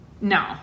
No